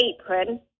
apron